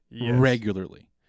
regularly